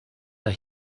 the